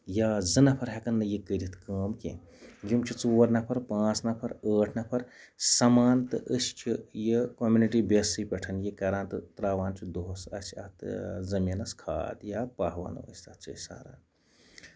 یا زٕ نَفر ہٮ۪کن نہٕ یہِ کٔرِتھ کٲم کیٚنٛہہ یِم چھِ ژور نَفر پانٛژھ نَفر ٲٹھ نَفر سَمان تہٕ أسۍ چھِ یہِ کٔمونِٹی بیسٕے پٮ۪ٹھ یہِ کران تہٕ تراوان چھُ دۄہَس اسہِ اَتھ زٔمیٖن کھاد یا پَہہ وَنو أسۍ اتھ چھِ أسۍ ساران